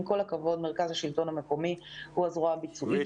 עם כל הכבוד מרכז השלטון המקומי הוא הזרוע הביצועית